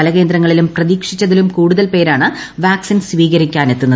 പല കേന്ദ്രങ്ങളിലും പ്രതീക്ഷിച്ചതിലും കൂടുതൽ പേരാണ് വാക്സിൻ സ്വീകരിക്കാനെത്തുന്നത്